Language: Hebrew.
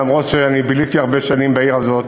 למרות שאני ביליתי הרבה שנים בעיר הזאת.